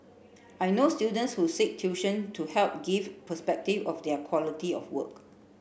I know students who seek tuition to help give perspective of their quality of work